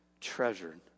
treasured